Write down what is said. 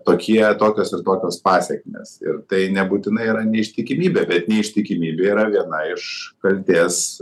tokie tokios ir tokios pasekmės ir tai nebūtinai yra neištikimybė bet neištikimybė yra viena iš kaltės